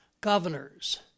governors